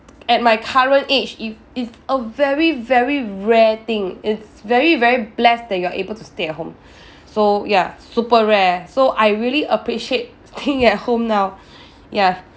at my current age if is a very very rare thing it's very very blessed that you're able to stay at home so ya super rare so I really appreciate staying at home now ya